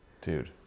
Dude